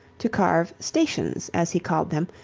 to carve stations, as he called them,